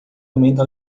aumenta